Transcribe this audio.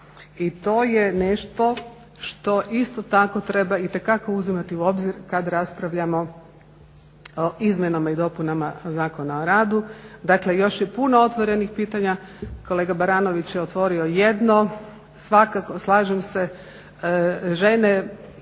I to je nešto što isto tako treba itekako uzimati u obzir kad raspravljamo o izmjenama i dopunama Zakona o radu, Dakle još je puno otvorenih pitanja, kolega Baranović je otvorio jedno. Slažem se, žene